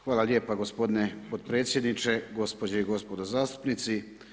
Hvala lijepa gospodine potpredsjedniče, gospođe i gospodo zastupnici.